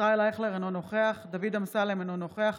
ישראל אייכלר, אינו נוכח דוד אמסלם, אינו נוכח